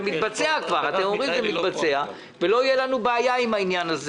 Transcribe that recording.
מתבצעים כבר ולא תהיה לנו בעיה איתם.